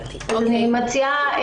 אני מציעה